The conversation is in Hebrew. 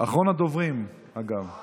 אחרון הדוברים, אגב,